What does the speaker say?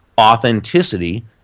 authenticity